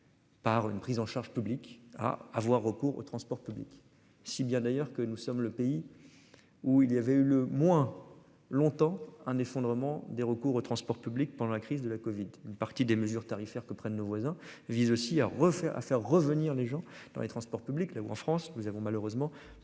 Par une prise en charge publique à avoir recours aux transports publics si bien d'ailleurs que nous sommes le pays. Où il y avait eu le moins longtemps un effondrement des recours aux transports publics pendant la crise de la Covid. Une partie des mesures tarifaires que prennent nos voisins vise aussi à refaire à faire revenir les gens dans les transports publics là où en France nous avons malheureusement